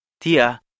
Tia